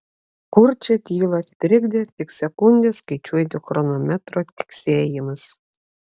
kurčią tylą trikdė tik sekundes skaičiuojančio chronometro tiksėjimas